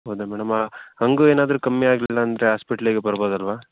ಹೌದಾ ಮೇಡಮ್ ಹಾಗೂ ಏನಾದರೂ ಕಮ್ಮಿ ಆಗಲಿಲ್ಲಾಂದರೆ ಹಾಸ್ಪಿಟಲಿಗೆ ಬರ್ಬೋದಲ್ವಾ